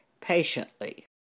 patiently